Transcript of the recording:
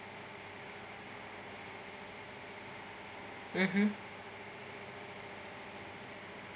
mmhmm